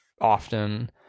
often